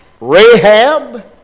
Rahab